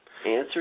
answer